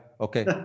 okay